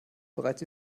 bereits